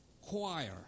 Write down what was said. choir